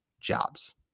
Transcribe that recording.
jobs